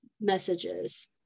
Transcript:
messages